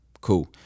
cool